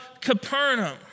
Capernaum